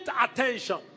attention